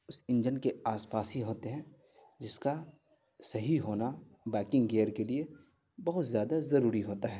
اس engine کے آس پاس ہی ہوتے ہیں جس کا صحیح ہونا بائکنگ گیئر کے لیے بہت زیادہ ضروری ہوتا ہے